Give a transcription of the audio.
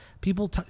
People